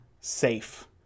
safe